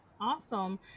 awesome